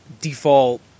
default